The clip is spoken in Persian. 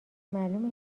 معلومه